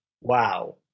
Wow